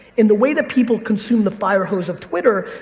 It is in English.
in the way that people consume the firehouse of twitter,